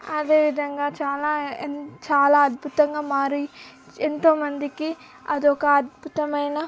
అదే విధంగా చాలా ఎన్ చాలా అద్భుతంగా మారి ఎంతో మందికి అదొక అద్భుతమైన